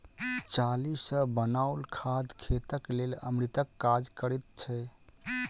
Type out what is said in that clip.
चाली सॅ बनाओल खाद खेतक लेल अमृतक काज करैत छै